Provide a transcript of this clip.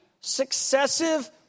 successive